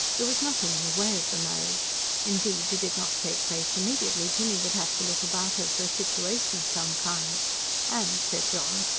there was nothing in the way of the marriage indeed, did it not take place immediately, jinny would have to look about her for a situation of some kind and, said john,